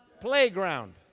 playground